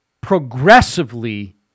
progressively